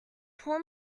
pull